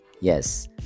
Yes